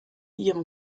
ihrem